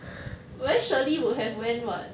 where shirley would have went [what]